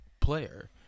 player